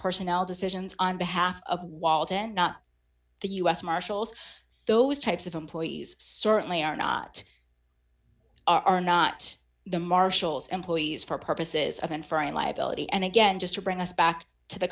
personnel decisions on behalf of walton not the u s marshals those types of employees certainly are not are not the marshals employees for purposes of inferring liability and again just to bring us back to the